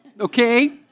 okay